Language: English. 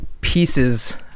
pieces